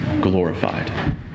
glorified